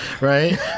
Right